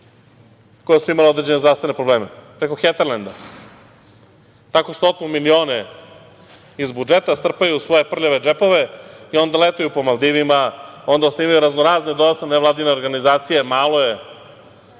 koja su imala određene zdravstvene probleme. Preko „Heterlenda“ tako što otmu milione iz budžeta, strpaju u svoje prljave džepove i onda letuju po Maldivima, osnivaju raznorazne dodatne nevladine organizacije, malo je